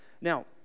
now